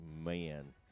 man